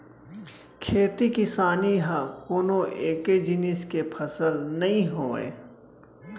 खेती किसानी ह कोनो एके जिनिस के फसल नइ होवय